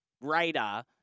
radar